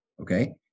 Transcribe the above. Okay